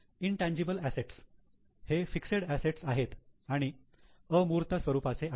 intangible assets हे fixed assets आहेत आणि अमूर्त स्वरूपाचे आहेत